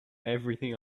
everything